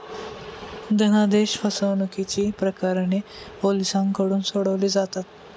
धनादेश फसवणुकीची प्रकरणे पोलिसांकडून सोडवली जातात